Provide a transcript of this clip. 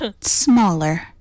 smaller